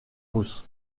rousse